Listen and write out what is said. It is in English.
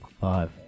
five